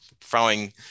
throwing